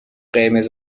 قرمز